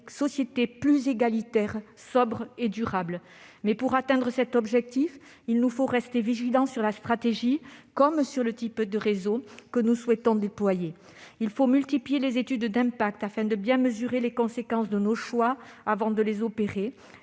société plus égalitaire, sobre et durable. Mais pour atteindre cet objectif, il nous faut rester vigilants sur la stratégie, comme sur le type de réseaux que nous souhaitons déployer. Il faut multiplier les études d'impact, afin de bien mesurer les conséquences de nos choix, avant de les mettre